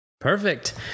Perfect